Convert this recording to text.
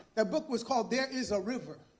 ah book was called there is a river